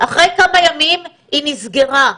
אחרי כמה ימים היא נסגרה,